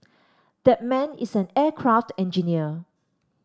that man is an aircraft engineer